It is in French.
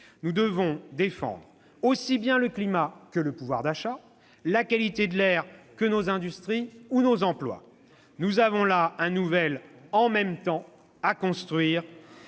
Nous devons défendre aussi bien le climat que le pouvoir d'achat, la qualité de l'air que nos industries ou nos emplois. Nous avons là un nouvel " en même temps " à construire,